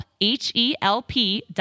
H-E-L-P